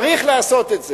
צריך לעשות את זה.